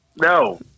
no